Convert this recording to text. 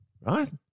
right